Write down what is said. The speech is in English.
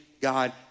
God